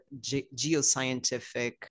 geoscientific